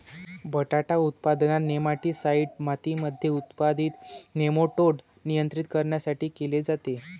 बटाटा उत्पादनात, नेमाटीसाईड मातीमध्ये उत्पादित नेमाटोड नियंत्रित करण्यासाठी केले जाते